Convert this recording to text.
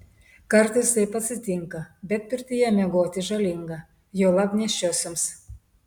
kartais taip atsitinka bet pirtyje miegoti žalinga juolab nėščiosioms